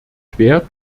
quer